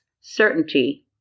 certainty